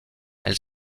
elle